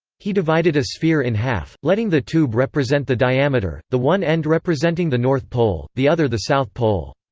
he divided a sphere in half, letting the tube represent the diameter, the one end representing the north pole, the other the south pole.